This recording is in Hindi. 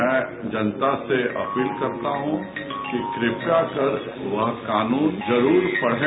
मैं जनता से अपील करता हू कि कृपया कर वह कानून जरूर पढ़े